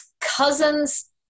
cousin's